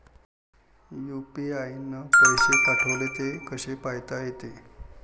UPI न पैसे पाठवले, ते कसे पायता येते?